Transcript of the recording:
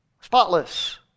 spotless